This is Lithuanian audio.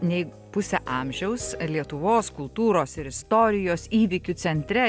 nei pusę amžiaus lietuvos kultūros ir istorijos įvykių centre